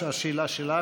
השאלה שלך,